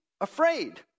afraid